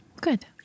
Good